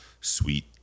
sweet